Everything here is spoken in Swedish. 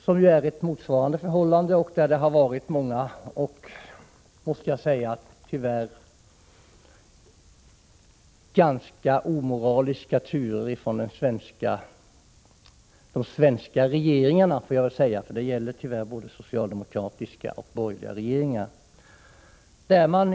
Det har i det sammanhanget varit många och, måste jag säga, tyvärr ganska omoraliska turer från de svenska regeringarna — för det gäller både socialdemokratiska och borgerliga regeringar.